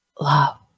love